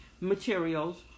materials